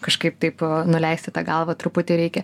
kažkaip taip nuleisti tą galvą truputį reikia